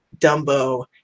Dumbo